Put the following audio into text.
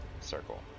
circle